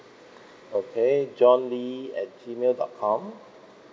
okay john lee at G mail dot com